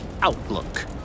outlook